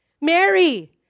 Mary